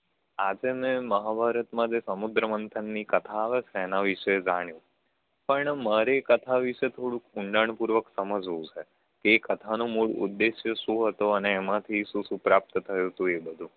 આજે મેં મહાભારતમાં જે સમુદ્ર મંથનની કથા આવે છે એનાં વિશે જાણ્યું પણ મારે એ કથા વિશે થોડુંક ઊંડાણપૂર્વક સમજવું છે કે એ કથાનો મૂળ ઉદ્દેશ્ય શું હતો અને એમાંથી શું શું પ્રાપ્ત થયું તું એ બધું